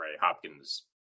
Hopkins